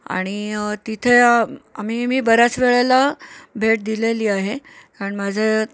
आणि तिथे आम्ही मी बऱ्याच वेळेला भेट दिलेली आहे कारण माझं